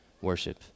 worship